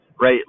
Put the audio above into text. right